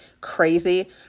crazy